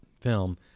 film